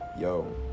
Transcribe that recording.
Yo